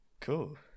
cool